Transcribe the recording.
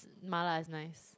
mala is nice